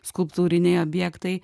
skulptūriniai objektai